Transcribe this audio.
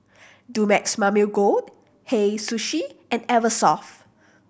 Dumex Mamil Gold Hei Sushi and Eversoft